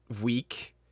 week